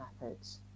methods